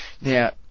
Now